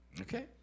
okay